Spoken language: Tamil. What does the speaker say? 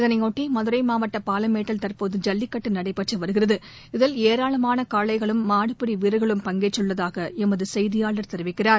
இதனையொட்டி மதுரை மாவட்ட பாலமேட்டில் தற்போது ஜல்லிக்கட்டு நடைபெற்று வருகிறது இதில் ஏராளமான காளைகளும் மாடுபிடி வீரர்களும் பங்கேற்றுள்ளதாக எமது செய்தியாளர் தெரிவிக்கிறார்